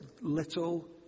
little